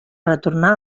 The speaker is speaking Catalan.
retornar